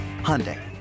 Hyundai